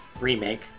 remake